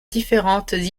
différentes